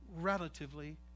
Relatively